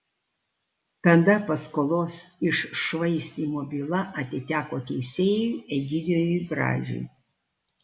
tada paskolos iššvaistymo byla atiteko teisėjui egidijui gražiui